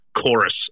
chorus